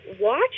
watch